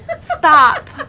Stop